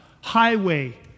highway